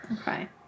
Okay